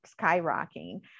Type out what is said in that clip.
skyrocketing